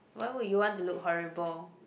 why would you want to look horrible